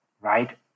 right